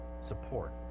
support